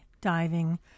diving